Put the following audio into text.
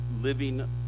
living